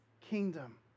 kingdom